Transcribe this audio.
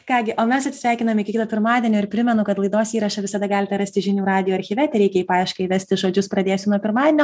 ką gi o mes atsisveikinam iki kito pirmadienio ir primenu kad laidos įrašą visada galite rasti žinių radijo archyve tereikia į paiešką įvesti žodžius pradėsiu nuo pirmadienio